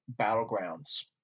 battlegrounds